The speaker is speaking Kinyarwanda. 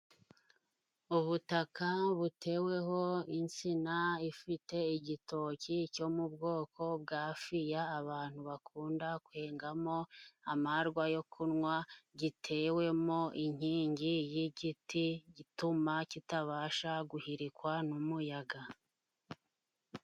Ubutaka buteweho insina ifite igitoki cyo mu bwoko bwa fiya, abantu bakunda kwengamo amarwa yo kunywa, giteweho inkingi y'igiti, ituma kitabasha guhirikwa n'umuyaga.